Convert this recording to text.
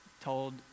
told